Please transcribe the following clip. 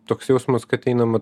toks jausmas kad einama